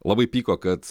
labai pyko kad